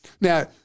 Now